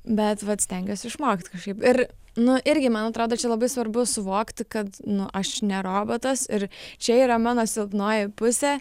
bet vat stengiuosi išmokt kažkaip ir nu irgi man atrodo čia labai svarbu suvokti kad nu aš ne robotas ir čia yra mano silpnoji pusė